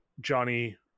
Johnny